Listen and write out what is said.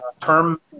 term